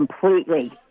completely